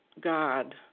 God